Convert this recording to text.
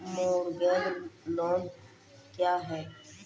Mortgage loan क्या है?